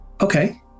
Okay